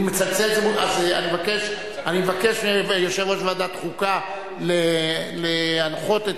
אני מבקש מיושב-ראש ועדת החוקה להנחות את